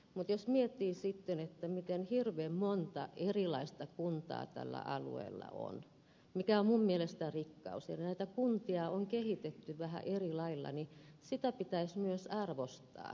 mutta jos miettii sitten miten hirveän monta erilaista kuntaa tällä alueella on mikä on minun mielestäni rikkaus ja näitä kuntia on kehitetty vähän eri lailla niin sitä pitäisi myös arvostaa